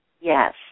Yes